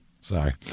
Sorry